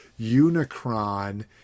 Unicron